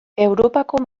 europako